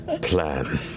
plan